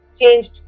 changed